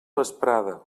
vesprada